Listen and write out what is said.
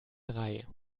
drei